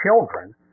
children